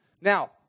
Now